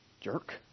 jerk